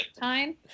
time